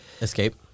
escape